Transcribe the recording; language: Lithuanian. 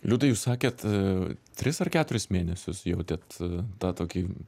liudai jūs sakėt tris ar keturis mėnesius jautėt tą tokį